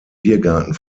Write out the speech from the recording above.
biergarten